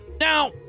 Now